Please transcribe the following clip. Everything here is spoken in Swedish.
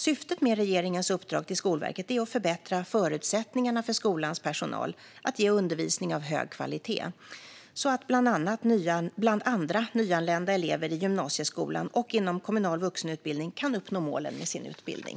Syftet med regeringens uppdrag till Skolverket är att förbättra förutsättningarna för skolans personal att ge undervisning av hög kvalitet så att bland andra nyanlända elever i gymnasieskolan och inom kommunal vuxenutbildning kan uppnå målen med sin utbildning.